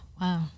Wow